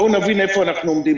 בואו נבין איפה אנחנו עומדים.